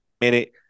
minute